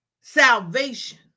salvation